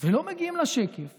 ולא מגיעים לשקף